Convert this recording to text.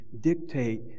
dictate